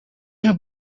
who